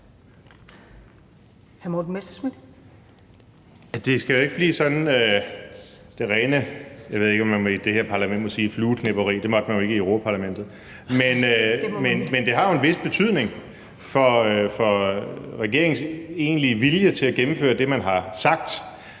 det her parlament må sige flueknepperi – det måtte man jo ikke i Europa-Parlamentet – men det har jo en vis betydning for regeringens egentlige vilje til at gennemføre det, man har sagt.